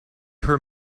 her